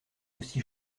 aussi